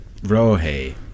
Rohe